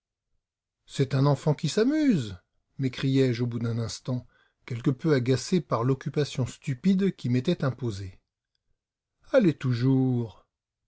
c'est un enfant qui s'amuse m'écriai-je au bout d'un instant quelque peu agacé par l'occupation stupide qui m'était imposée allez toujours